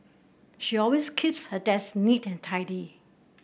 she always keeps her desk neat and tidy